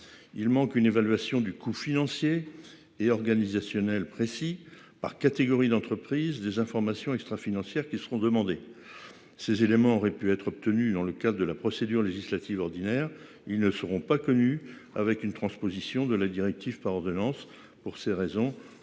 Il manque une évaluation du coût financier et organisationnel précis par catégorie d'entreprises des informations extra-financière qui seront demandés. Ces éléments auraient pu être obtenues dans le cadre de la procédure législative ordinaire. Ils ne seront pas connus avec une transposition de la directive par ordonnance pour ces raisons